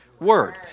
word